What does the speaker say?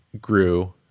grew